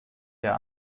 der